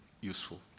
useful